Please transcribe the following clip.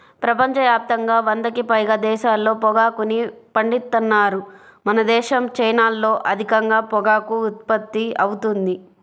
ప్రపంచ యాప్తంగా వందకి పైగా దేశాల్లో పొగాకుని పండిత్తన్నారు మనదేశం, చైనాల్లో అధికంగా పొగాకు ఉత్పత్తి అవుతుంది